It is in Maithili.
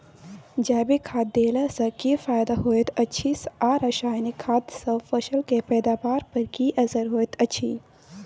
जैविक खाद देला सॅ की फायदा होयत अछि आ रसायनिक खाद सॅ फसल के पैदावार पर की असर होयत अछि?